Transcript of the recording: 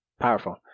Powerful